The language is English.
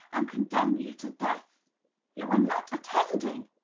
and condemn you to death you are not attending!